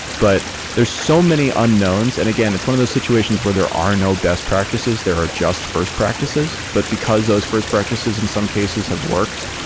but there's so many unknowns. and again, it's one of those situations where there are no best practices. there are just first practices, but because those first practices in some cases have worked,